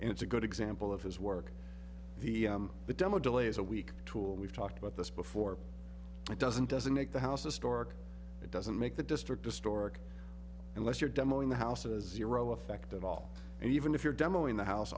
and it's a good example of his work the the demo delays a week tool we've talked about this before it doesn't doesn't make the house a stork it doesn't make the district historic unless your demo in the houses zero effect at all and even if you're demo in the house